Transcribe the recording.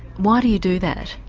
why do you do that?